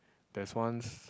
there's once